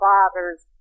Father's